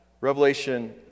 Revelation